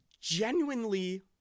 genuinely